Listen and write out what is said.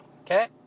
Okay